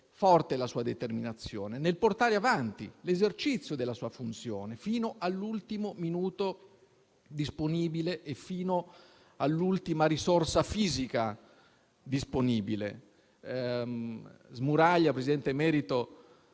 forte la sua determinazione nel portare avanti l'esercizio della sua funzione fino all'ultimo minuto disponibile e fino all'ultima risorsa fisica disponibile. Smuraglia, presidente emerito